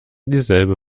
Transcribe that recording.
dieselbe